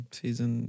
season